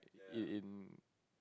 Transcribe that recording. it in